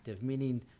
meaning